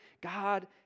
God